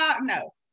No